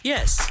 Yes